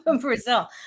Brazil